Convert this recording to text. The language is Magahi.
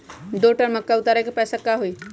दो टन मक्का उतारे के पैसा का होई?